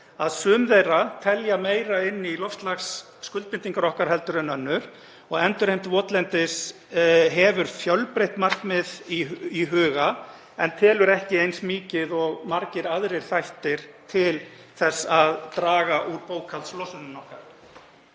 að sum þeirra telja meira inni í loftslagsskuldbindingar okkar en önnur. Endurheimt votlendis hefur fjölbreytt markmið í huga en telur ekki eins mikið og margir aðrir þættir til þess að draga úr bókhaldslosun okkar.